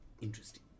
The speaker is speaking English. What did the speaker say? interesting